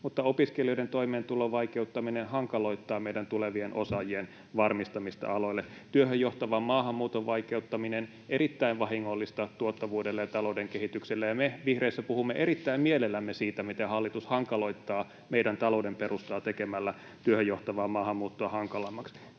opiskelijoiden toimeentulon vaikeuttaminen hankaloittaa meidän tulevien osaajien varmistamista aloille. Työhön johtavan maahanmuuton vaikeuttaminen on erittäin vahingollista tuottavuudelle ja talouden kehitykselle, ja me vihreissä puhumme erittäin mielellämme siitä, miten hallitus hankaloittaa meidän talouden perustaa tekemällä työhön johtavaa maahanmuuttoa hankalammaksi.